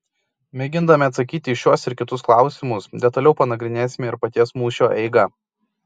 mėgindami atsakyti į šiuos ir kitus klausimus detaliau panagrinėsime ir paties mūšio eigą